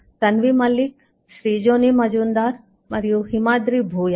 తన్వి మల్లిక్ శ్రీజోని మజుందార్ మరియు హిమాద్రి భూయాన్